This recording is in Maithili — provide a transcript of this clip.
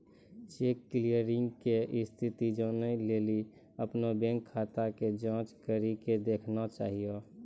चेक क्लियरिंग के स्थिति जानै लेली अपनो बैंक खाता के जांच करि के देखना चाहियो